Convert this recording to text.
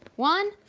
one,